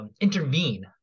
Intervene